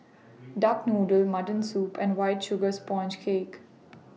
Duck Noodle Mutton Soup and White Sugar Sponge Cake